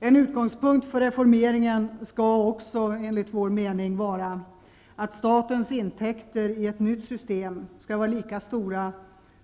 En utgångspunkt för reformeringen skall enligt vår mening vara att statens intäkter i ett nytt system skall vara lika stora